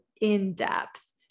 in-depth